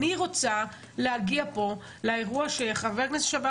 אני רוצה להגיע פה לאירוע שחבר הכנסת לשעבר